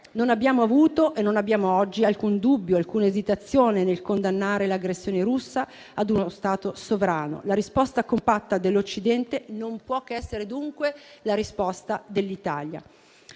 Non abbiamo avuto e non abbiamo oggi alcun dubbio, alcuna esitazione nel condannare l'aggressione russa ad uno Stato sovrano. La risposta compatta dell'Occidente non può che essere dunque la risposta dell'Italia.